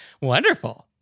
Wonderful